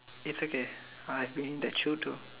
it's okay I've being the true to